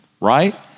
right